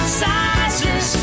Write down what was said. sizes